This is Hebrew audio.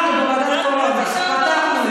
מי זה "פתחנו"?